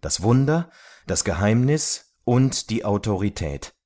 das wunder das geheimnis und die autorität